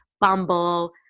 bumble